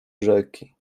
rzeki